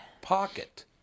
pocket